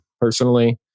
personally